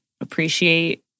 appreciate